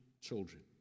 children